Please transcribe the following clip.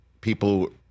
people